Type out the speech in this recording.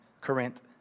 Corinth